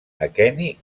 aqueni